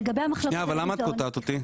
למה את קוטעת אותי?